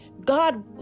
God